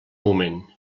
moment